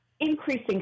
increasing